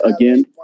Again